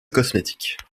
cosmétiques